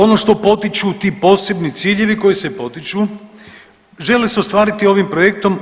Ono što potiču ti posebni ciljevi koji se potiču žele se ostvariti ovim projektom.